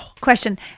question